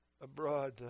abroad